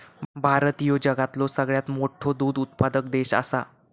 भारत ह्यो जगातलो सगळ्यात मोठो दूध उत्पादक देश आसा